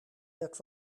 werd